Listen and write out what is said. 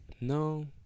No